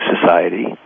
society